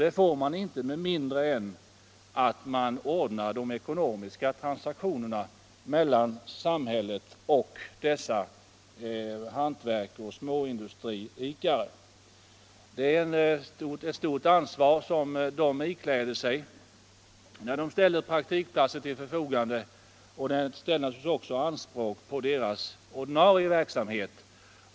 Och det sker inte med mindre än att samhället ordnar Onsdagen den de ekonomiska transaktionerna med dessa hantverks och småindustri 7 april 1976 idkare. De ikläder sig ett stort ansvar när de ställer praktikplatser till förfogande, och detta inkräktar naturligtvis också på deras ordinarie verk = Anslag till det samhet.